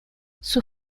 sus